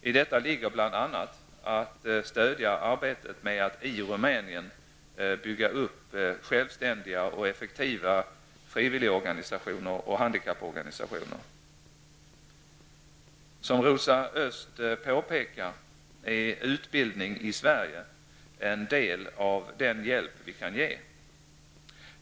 I detta ligger bl.a. att stödja arbetet med att i Rumänien bygga upp självständiga och effektiva frivilligorganisationer och handikapporganisationer. Som Rosa Östh påpekar är utbildning i Sverige en del av den hjälp vi kan ge.